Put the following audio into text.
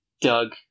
Doug